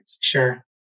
Sure